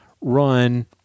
run